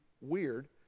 weird